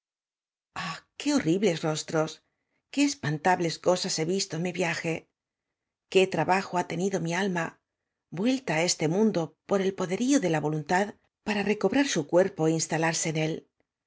qué horribles rostros qué espantables cosas he visto en mi viaje qué trabajo ha tenido mi alma vuelta á este mundo por el poderío de la voluntad para recobrar su cuerpo é instalarse en él